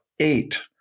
eight